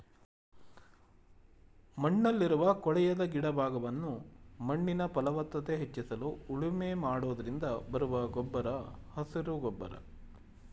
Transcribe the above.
ಮಣ್ಣಲ್ಲಿರುವ ಕೊಳೆಯದ ಗಿಡ ಭಾಗವನ್ನು ಮಣ್ಣಿನ ಫಲವತ್ತತೆ ಹೆಚ್ಚಿಸಲು ಉಳುಮೆ ಮಾಡೋದ್ರಿಂದ ಬರುವ ಗೊಬ್ಬರ ಹಸಿರು ಗೊಬ್ಬರ